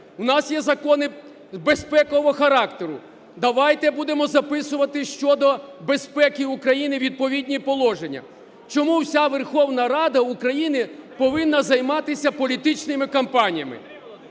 У нас є закони безпекового характеру. Давайте будемо записувати щодо безпеки України відповідні положення. Чому вся Верховна Рада України повинна займатися політичними кампаніями?